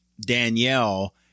Danielle